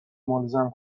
ملزم